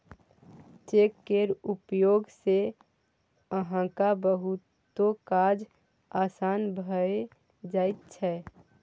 cheque केर उपयोग सँ अहाँक बहुतो काज आसान भए जाइत छै